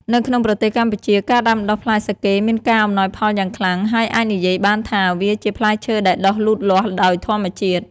នៅក្នុងប្រទេសកម្ពុជា ការដាំដុះផ្លែសាកេមានការអំណោយផលយ៉ាងខ្លាំង ហើយអាចនិយាយបានថាវាជាផ្លែឈើដែលដុះលូតលាស់ដោយធម្មជាតិ។